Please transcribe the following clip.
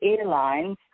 airlines